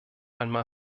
einmal